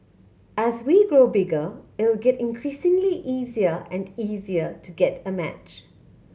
as we grow bigger it will get increasingly easier and easier to get a match